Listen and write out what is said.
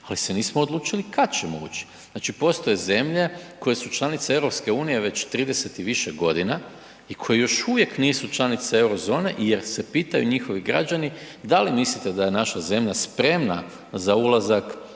ali se nismo odlučili kad ćemo ući. Znači postoje zemlje koje su članice EU već 30 i više godina i koje još uvijek nisu članice Eurozone jer se pitaju njihovi građani da li mislite da je naša zemlja spremna za ulazak